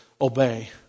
obey